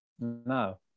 No